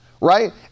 right